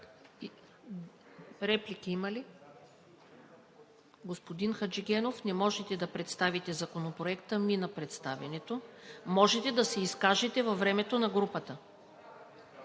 Реплики има ли? Господин Хаджигенов, не можете да представите Законопроекта. Мина представянето. Можете да се изкажете във времето на групата.